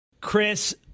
Chris